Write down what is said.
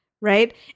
right